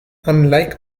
unlike